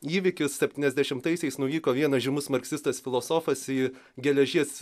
įvykis septyniasdešimtaisiais nuvyko vienas žymus marksistas filosofas į geležies